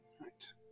Right